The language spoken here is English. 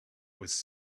was